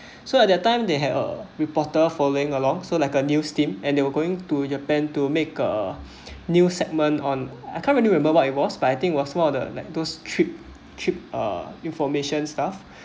so at that time they had a reporter following along so like a news team and they were going to japan to make a news segment on I can't really remember what it was but I think was one of the like those trip trip uh information stuff